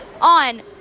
on